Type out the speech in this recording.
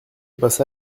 passa